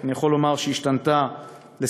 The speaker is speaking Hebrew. אני יכול לומר שהיא השתנתה לשמחתנו,